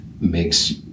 makes